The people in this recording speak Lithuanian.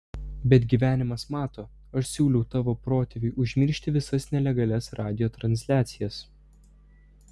bet gyvenimas mato aš siūliau tavo protėviui užmiršti visas nelegalias radijo transliacijas